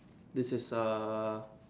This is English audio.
this is a